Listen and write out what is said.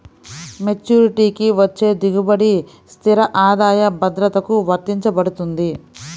మెచ్యూరిటీకి వచ్చే దిగుబడి స్థిర ఆదాయ భద్రతకు వర్తించబడుతుంది